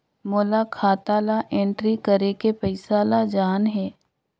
मोला खाता ला एंट्री करेके पइसा ला जान हे?